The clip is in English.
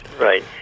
right